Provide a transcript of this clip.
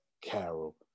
carol